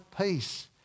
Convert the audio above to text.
peace